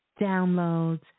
downloads